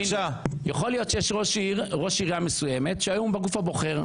יכול להיות שיש ראש עירייה מסוימת שהיום הוא בגוף הבוחר,